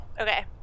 Okay